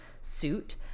suit